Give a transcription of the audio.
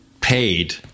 paid